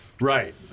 Right